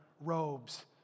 robes